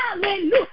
Hallelujah